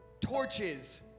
torches